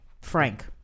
Frank